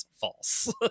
false